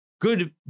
good